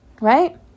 Right